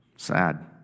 sad